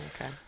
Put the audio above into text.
okay